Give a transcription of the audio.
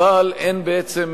אבל אין בעצם,